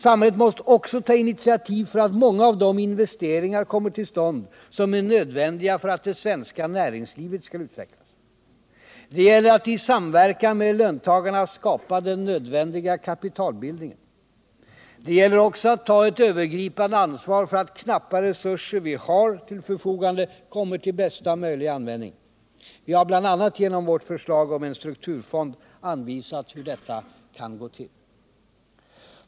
Samhället måste också ta initiativ för att många av de investeringar kommer till stånd som är nödvändiga för att det svenska näringslivet skall utvecklas. Det gäller att i samverkan med löntagarna skapa den nödvändiga kapitalbildningen. Det gäller också att ta ett övergripande ansvar för att de knappa resurser vi har till förfogande kommer till bästa möjliga användning. Vi har bl.a. genom vårt förslag om en strukturfond anvisat hur detta kan gå till.